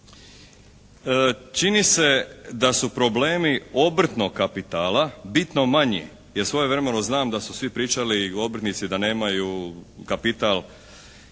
Čini se da su problemi obrtnog kapitala bitno manji, jer svojevremeno znam da su svi pričali obrtnici da nemaju kapital